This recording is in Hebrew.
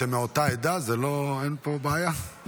אתם מאותה עדה, אין פה בעיה?